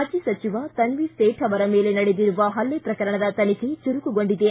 ಮಾಜಿ ಸಚಿವ ತನ್ವೀರ್ಸೇತ್ ಅವರ ಮೇಲೆ ನಡೆದಿರುವ ಪಲ್ಲೆ ಪ್ರಕರಣದ ತನಿಖೆ ಚುರುಕುಗೊಂಡಿದೆ